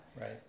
Right